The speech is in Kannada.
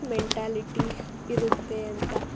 ಮೆಂಟಾಲಿಟಿ ಇರುತ್ತೆ ಅಂತ